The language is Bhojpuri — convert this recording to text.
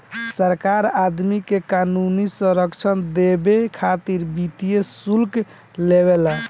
सरकार आदमी के क़ानूनी संरक्षण देबे खातिर वित्तीय शुल्क लेवे ला